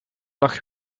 lag